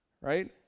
Right